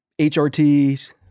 HRTs